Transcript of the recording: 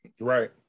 Right